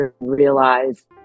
realize